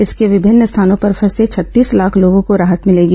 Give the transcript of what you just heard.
इससे विभिन्न स्थानों पर फंसे छत्तीस लाख लोगों को राहत मिलेगी